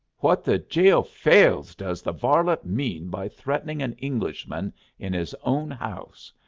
what the jeofailes does the varlet mean by threatening an englishman in his own house?